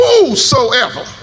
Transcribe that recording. Whosoever